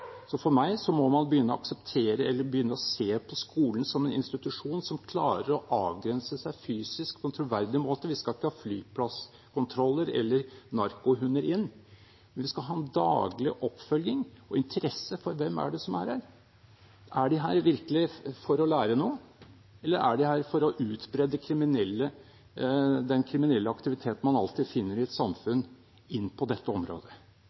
For meg må man begynne å akseptere eller begynne å se på skolen som en institusjon som klarer å avgrense seg fysisk på en troverdig måte. Vi skal ikke ha flyplasskontroller eller narkohunder inn, men vi skal ha en daglig oppfølging og interesse for hvem som er der. Er de der virkelig for å lære noe, eller er de der for å utbrede den kriminelle aktivitet man alltid finner i et samfunn, inn på dette området?